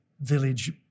Village